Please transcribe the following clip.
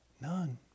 None